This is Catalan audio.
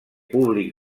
públic